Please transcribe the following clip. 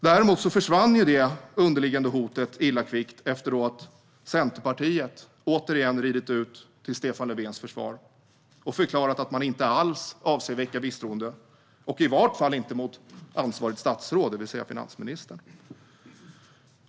Detta underliggande hot försvann dock illa kvickt efter att Centerpartiet återigen ridit ut till Stefan Löfvens försvar och förklarat att man inte alls avser att väcka misstroende och i varje fall inte mot ansvarigt statsråd, det vill säga finansministern.